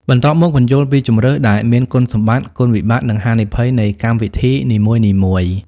បន្ទាប់មក ពន្យល់ពីជម្រើសដែលមាន គុណសម្បត្តិ គុណវិបត្តិ និងហានិភ័យនៃកម្មវិធីនីមួយៗ។